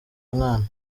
umwana